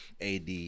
AD